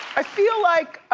i feel like,